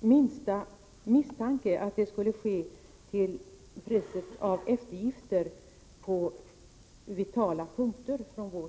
minsta misstanke om att man har dem till priset av eftergifter från vår sida på vitala punkter.